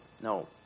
no